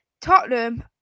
Tottenham